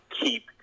keep